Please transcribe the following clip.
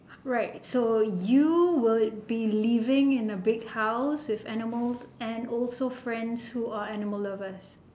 right so you would be living in a big house with animals and also friends who are animal lovers